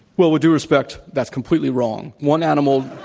well, with due respect, that's completely wrong. one animal